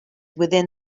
within